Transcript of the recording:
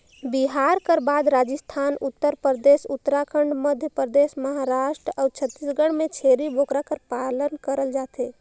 बिहार कर बाद राजिस्थान, उत्तर परदेस, उत्तराखंड, मध्यपरदेस, महारास्ट अउ छत्तीसगढ़ में छेरी बोकरा कर पालन करल जाथे